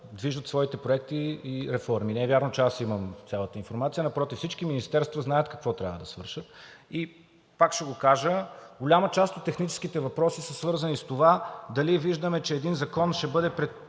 движат своите проекти и реформи. Не е вярно, че аз имам цялата информация. Напротив, всички министерства знаят какво трябва да свършат. Пак ще го кажа: голяма част от техническите въпроси са свързани с това дали виждаме, че един закон ще бъде приет